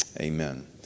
Amen